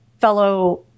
fellow